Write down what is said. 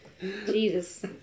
Jesus